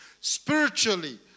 Spiritually